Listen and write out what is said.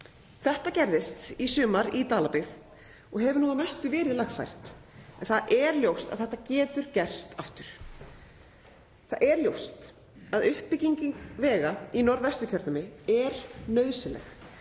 Þetta gerðist í sumar í Dalabyggð og hefur nú að mestu verið lagfært. En það er ljóst að þetta getur gerst aftur. Það er ljóst að uppbygging vega í Norðvesturkjördæmi er nauðsynleg